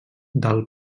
del